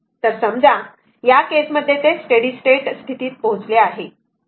तर समजा या केस मध्ये ते स्टेडी स्टेट स्थितीत पोहोचले आहे